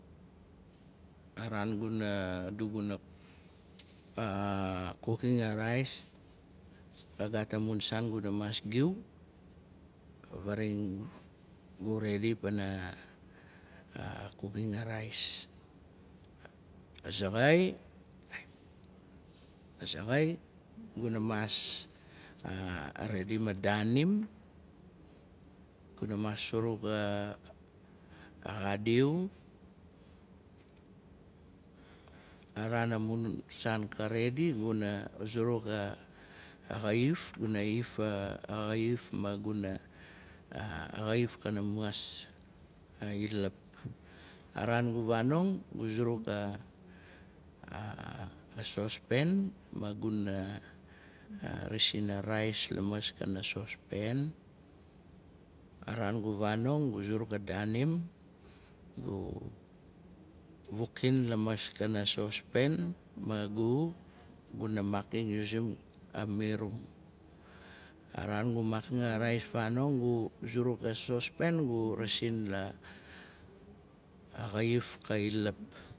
A raan guna, adu guna kukim a rais, ka gaat amun saan guna maas giu, varaing gu redi pana kuking arais. Azaxai, azaxai guna maas redim a daanim. Guna maas suruk a xadiu. Araan amun saan ka redi, guna zuruk a xaif, guna if a xaif maguna, a xaif kana maas i lap. Araan gu vanong, gu zuruk a sospen, maguna rasin a rais, amaskana sospen. Araan gu vanong, gu zuruk a daanim, gu vukin lamaskana sospen, maguna makim yumi a mirum. A raan gu makim a rais fanong, gu zuruk a sospen gu rasin la xaif, ka i lap.